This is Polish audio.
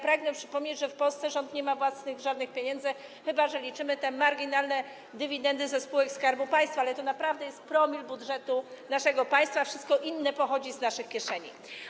Pragnę przypomnieć, że w Polsce rząd nie ma żadnych własnych pieniędzy, chyba że liczymy te marginalne dywidendy ze spółek Skarbu Państwa, ale to naprawdę jest promil budżetu naszego państwa, wszystko inne pochodzi z naszych kieszeni.